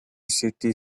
city